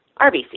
RBC